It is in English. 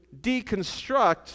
deconstruct